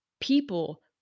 people